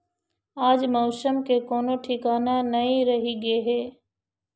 आज मउसम के कोनो ठिकाना नइ रहि गे हे